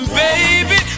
baby